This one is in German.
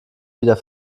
wieder